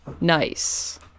nice